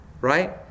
right